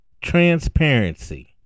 Transparency